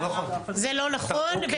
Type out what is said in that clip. לא, זה לא נכון.